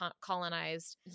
colonized